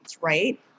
right